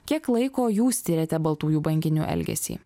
kiek laiko jūs tiriate baltųjų banginių elgesį